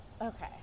Okay